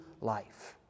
life